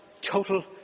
total